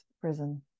prison